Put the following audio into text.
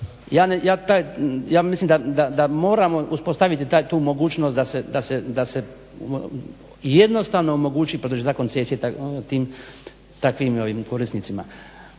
ja mislim da moramo uspostaviti tu mogućnost da se jednostavno omogući produžetak koncesije tim takvim korisnicima.